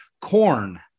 corn